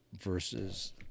versus